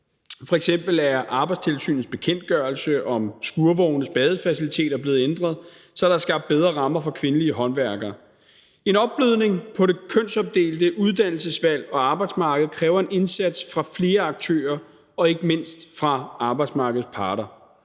er Arbejdstilsynets bekendtgørelse om skurvognes badefaciliteter blevet ændret, så der er skabt bedre rammer for kvindelige håndværkere. En opblødning på det kønsopdelte uddannelsesvalg og arbejdsmarked kræver en indsats fra flere aktører og ikke mindst fra arbejdsmarkedets parter.